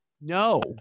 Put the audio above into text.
No